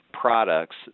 products